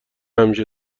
همیشه